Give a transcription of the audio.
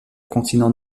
continent